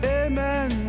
amen